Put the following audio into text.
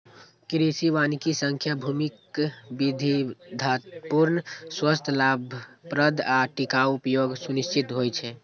कृषि वानिकी सं भूमिक विविधतापूर्ण, स्वस्थ, लाभप्रद आ टिकाउ उपयोग सुनिश्चित होइ छै